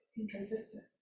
inconsistent